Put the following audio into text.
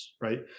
Right